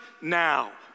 now